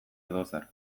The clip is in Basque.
edozer